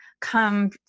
come